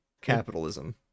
Capitalism